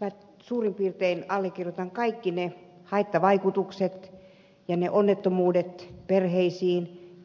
minä suurin piirtein allekirjoitan kaikki ne haittavaikutukset ja ne onnettomuudet perheissä